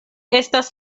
estas